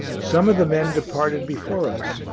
some of the men departed before us,